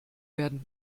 werden